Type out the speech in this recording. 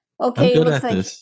Okay